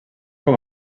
com